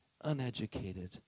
uneducated